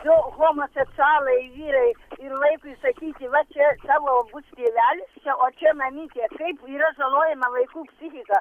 du homoseksualai vyrai ir vaikui sakyti va čia tavo bus tėvelis čia o čia mamytė kaip yra žalojama vaikų psichika